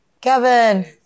Kevin